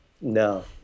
no